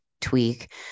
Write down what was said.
tweak